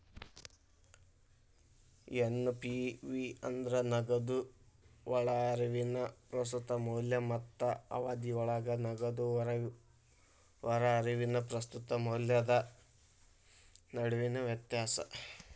NPV ಅಂದ್ರ ನಗದು ಒಳಹರಿವಿನ ಪ್ರಸ್ತುತ ಮೌಲ್ಯ ಮತ್ತ ಅವಧಿಯೊಳಗ ನಗದು ಹೊರಹರಿವಿನ ಪ್ರಸ್ತುತ ಮೌಲ್ಯದ ನಡುವಿನ ವ್ಯತ್ಯಾಸ